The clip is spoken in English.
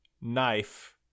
knife